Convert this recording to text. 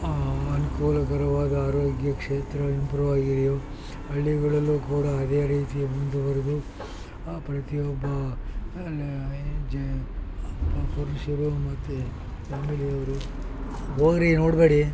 ಅನುಕೂಲಕರವಾದ ಆರೋಗ್ಯ ಕ್ಷೇತ್ರ ಇಂಪ್ರು ಆಗಿದೆಯೊ ಹಳ್ಳಿಗಳಲ್ಲೂ ಕೂಡ ಅದೇ ರೀತಿ ಮುಂದುವರಿದು ಪ್ರತಿಯೊಬ್ಬ ಜ ಪುರುಷರು ಮತ್ತೆ ಫ್ಯಾಮಿಲಿಯವರು ಹೋಗ್ರಿ ನೋಡಬೇಡಿ